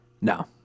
no